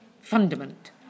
fundament